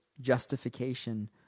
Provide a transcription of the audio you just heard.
justification